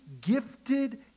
gifted